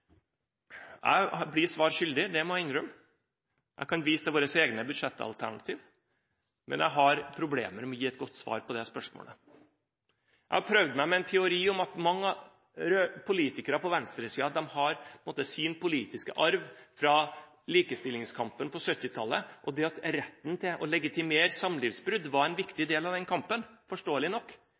Jeg blir svar skyldig, det må jeg innrømme. Jeg kan vise til våre egne budsjettalternativ, men jeg har problemer med å gi et godt svar på det spørsmålet. Jeg har prøvd meg med en teori om at mange politikere på venstresiden på en måte har sin politiske arv fra likestillingskampen på 1970-tallet, og at retten til å legitimere samlivsbrudd var en viktig del av den kampen, forståelig nok.